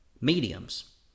mediums